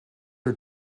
are